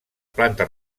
planta